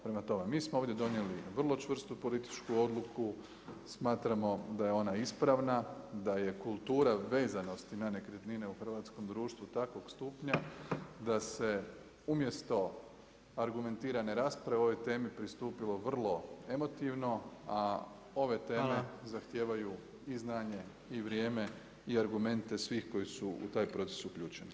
Prema tome, mi smo ovdje donijeli vrlo čvrstu političku odluku, smatramo da je ona ispravna, da je kultura vezanosti na nekretnine u hrvatskom društvu takvog stupanja, da se umjesto argumentirane rasprave ove teme pristupilo vrlo emotivno, a ove teme zahtijevaju i znanje i vrijeme i argumente svih koji su u taj proces uključeni.